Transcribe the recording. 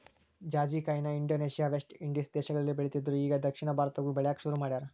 ಜಾಜಿಕಾಯಿನ Indonesia, West Indies ದೇಶಗಳಲ್ಲಿ ಬೆಳಿತ್ತಿದ್ರು ಇಗಾ ದಕ್ಷಿಣ ಭಾರತದಾಗು ಬೆಳ್ಯಾಕ ಸುರು ಮಾಡ್ಯಾರ